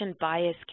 bias